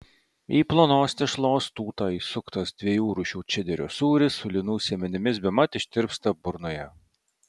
į plonos tešlos tūtą įsuktas dviejų rūšių čederio sūris su linų sėmenimis bemat ištirpsta burnoje